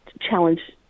challenge